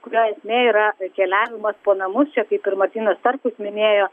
kurio esmė yra keliavimas po namus čia kaip ir martynas starkus minėjo